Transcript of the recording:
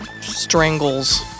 strangles